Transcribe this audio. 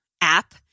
app